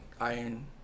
Iron